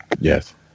Yes